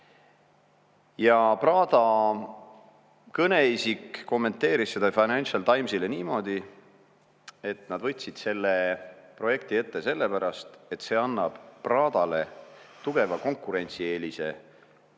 Prada kõneisik kommenteeris seda Financial Timesile niimoodi, et nad võtsid selle projekti ette selle pärast, et see annab Pradale tugeva konkurentsieelise sel